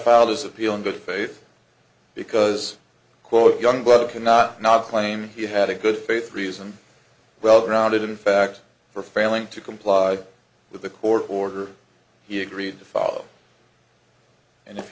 filed his appeal in good faith because quote youngblood cannot not claim he had a good faith reason well grounded in fact for failing to comply with the court order he agreed to follow and if